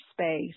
space